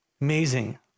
Amazing